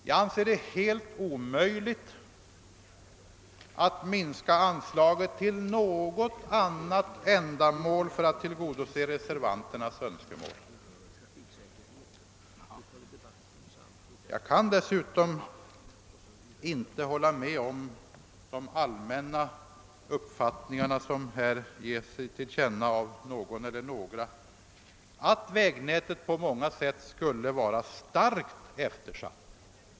Jag anser det vara helt omöjligt att minska anslaget till något annat ändamål för att tillgodose reservanternas önskemål. Jag kan dessutom inte dela de allmänna uppfattningar som getts till känna att vägnätet på många sätt skulle vara starkt eftersatt.